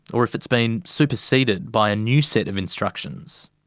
or if it's been superseded by a new set of instructions.